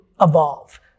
evolve